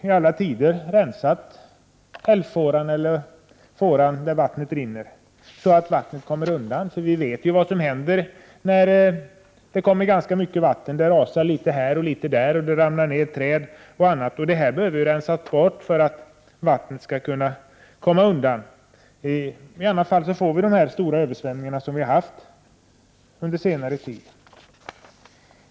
I alla tider har hällfåran eller fåran där vattnet rinner rensats så att vattnet kommer undan, eftersom vi ju vet vad som händer när det kommer ganska mycket vatten. Det rasar då litet här och litet där, och träd kan ramla. Det behöver alltså ske en rensning för att vattnet skall kunna komma undan. I annat fall blir det stora översvämningar så som har varit fallet under senare tid.